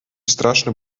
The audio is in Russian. страшно